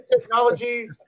technology